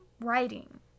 writing